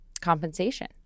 compensation